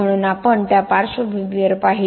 म्हणून आपण त्या पार्श्वभूमीवर पाहिले